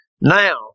now